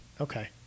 Okay